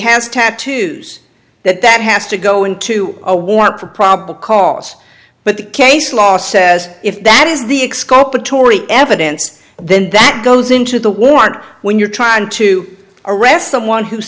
has tattoos that that has to go into a warrant for probable cause but the case law says if that is the excuse to tory evidence then that goes into the warrant when you're trying to arrest someone who